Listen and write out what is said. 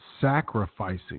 sacrificing